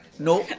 no,